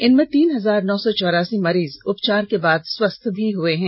इनमें तीन हजार नौ सौ चौरासी मरीज उपचार के बाद स्वस्थ भी हए हैं